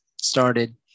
started